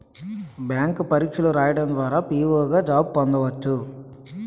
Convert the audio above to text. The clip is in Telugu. బ్యాంక్ పరీక్షలు రాయడం ద్వారా పిఓ గా జాబ్ పొందవచ్చు